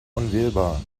unwählbar